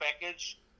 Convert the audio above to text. package